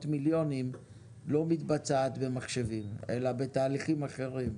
מיליונים לא מתבצעת במחשבים אלא בתהליכים אחרים.